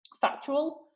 factual